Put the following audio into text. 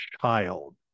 child